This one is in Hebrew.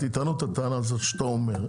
תתענו את הטענה הזאת שאתה אומר,